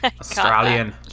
Australian